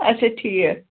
اچھا ٹھیٖک